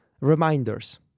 Reminders